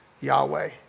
Yahweh